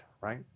right